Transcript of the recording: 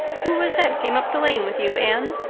who was that came up the lane with you, anne?